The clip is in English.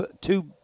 two